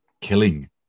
killing